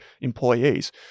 employees